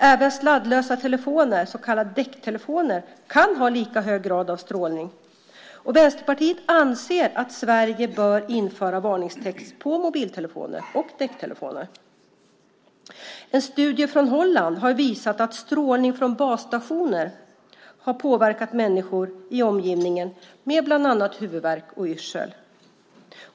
Även sladdlösa telefoner, så kallade decttelefoner, kan ha lika hög grad av strålning. Vänsterpartiet anser att Sverige bör införa varningstext på mobiltelefoner och decttelefoner. En studie från Holland har visat att strålning från basstationer har påverkat människor i omgivningen med bland annat huvudvärk och yrsel.